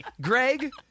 Greg